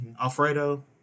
Alfredo